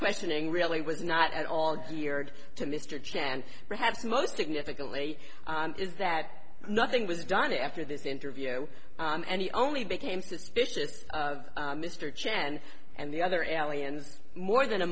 questioning really was not at all geared to mr chen and perhaps most significantly is that nothing was done after this interview and he only became suspicious of mr chen and the other allianz more than a